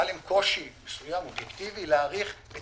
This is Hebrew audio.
היה להם קושי מסוים, אובייקטיבי להעריך את